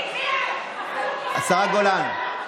השרה גולן.